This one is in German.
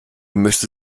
müsste